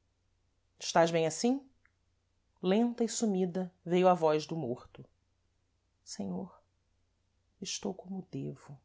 enforcados estais bem assim lenta e sumida veio a voz do morto senhor estou como devo